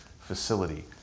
facility